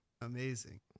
amazing